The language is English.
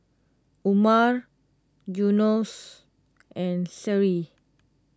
Umar Yunos and Seri